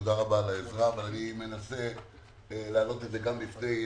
תודה רבה על העזרה אבל אני מנסה להעלות את זה גם לפני הנגיד.